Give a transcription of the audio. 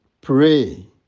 pray